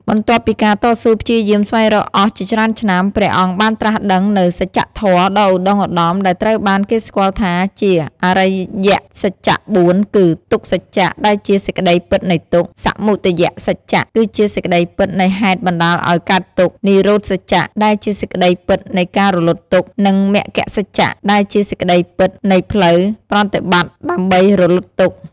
បន្ទាប់ពីការតស៊ូព្យាយាមស្វែងរកអស់ជាច្រើនឆ្នាំ ព្រះអង្គបានត្រាស់ដឹងនូវ សច្ចធម៌ ដ៏ឧត្ដុង្គឧត្ដម ដែលត្រូវបានគេស្គាល់ថាជា អរិយសច្ច ៤គឺ ទុក្ខសច្ច ដែលជា សេចក្ដីពិតនៃទុក្ខ សមុទយសច្ច គឺជាសេចក្ដីពិតនៃហេតុបណ្ដាលឱ្យកើតទុក្ខ និរោធសច្ចដែលជាសេចក្ដីពិតនៃការរលត់ទុក្ខ និងមគ្គសច្ច ដែលជាសេចក្ដីពិតនៃផ្លូវប្រតិបត្តិដើម្បីរលត់ទុក្ខ។